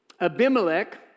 Abimelech